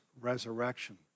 resurrection